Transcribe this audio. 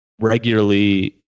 regularly